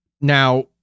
Now